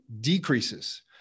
decreases